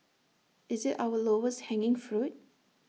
is IT our lowest hanging fruit